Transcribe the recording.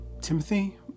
Timothy